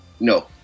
no